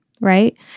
right